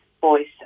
voice